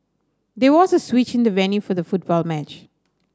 there was a switch in the venue for the football match